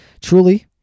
Truly